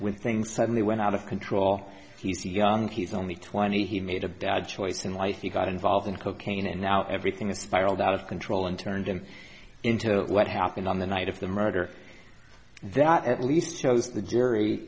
when things suddenly went out of control he's young he's only twenty he made a bad choice in life he got involved in cocaine and now everything has spiraled out of control and turned him into what happened on the night of the murder that at least shows the jury